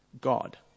God